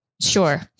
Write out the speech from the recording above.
sure